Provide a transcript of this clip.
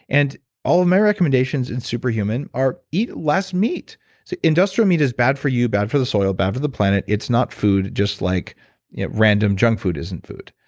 and all of my recommendations in super human are eat less meat industrial meat is bad for you, bad for the soil, bad for the planet. it's not food, just like random junk food isn't food.